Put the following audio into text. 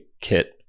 kit